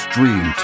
Dream